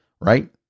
right